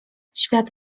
świat